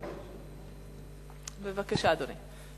בבקשה, אדוני.